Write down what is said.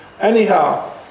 Anyhow